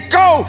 go